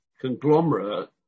conglomerate